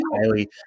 highly